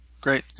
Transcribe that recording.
Great